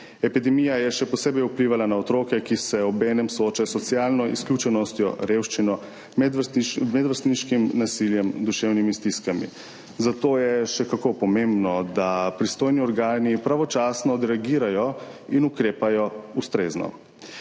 Epidemija je še posebej vplivala na otroke, ki se obenem soočajo s socialno izključenostjo, revščino, medvrstniškim nasiljem, duševnimi stiskami, zato je še kako pomembno, da pristojni organi pravočasno odreagirajo in ukrepajo ustrezno.